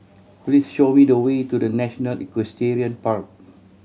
please show me the way to The National Equestrian Park